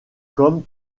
comme